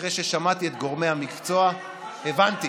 אחרי ששמעתי את גורמי המקצוע הבנתי